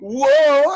whoa